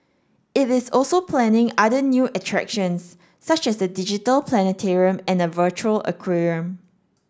it is also planning other new attractions such as the digital planetarium and a virtual aquarium